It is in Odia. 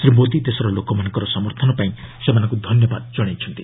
ଶ୍ରୀ ମୋଦି ଦେଶର ଲୋକମାନଙ୍କର ସମର୍ଥନ ପାଇଁ ସେମାନଙ୍କୁ ଧନ୍ୟବାଦ ଜଣାଇଛନ୍ତି